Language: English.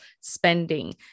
spending